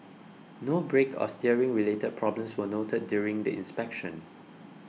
no brake or steering related problems were noted during the inspection